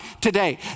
today